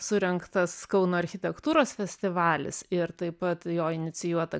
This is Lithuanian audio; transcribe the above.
surengtas kauno architektūros festivalis ir taip pat jo inicijuota